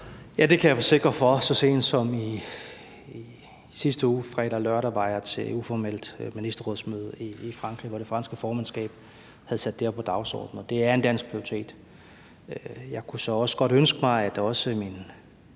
Ja, det kan jeg forsikre for. Så sent som i sidste uge, fredag og lørdag, var jeg til et uformelt ministerrådsmøde i Frankrig, hvor det franske formandskab havde sat det her på dagsordenen. Det er en dansk prioritet. Jeg kunne så også godt ønske mig, at mine